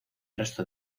resto